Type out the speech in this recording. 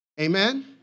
Amen